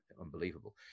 unbelievable